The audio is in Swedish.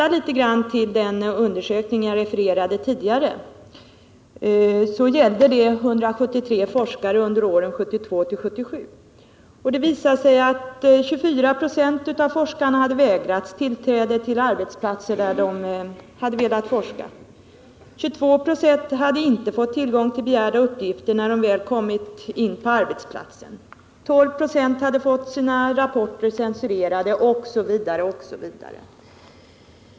Den undersökning som jag refererade tidigare gällde 173 forskare under åren 1972-1977. 24 96 av forskarna hade vägrats tillträde till arbetsplatser där de hade velat forska. 22 96 hade inte fått tillgång till begärda uppgifter, när de väl kommit in på arbetsplatsen. 12 96 hade fått sina rapporter censurerade, OSV. OSV.